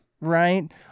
right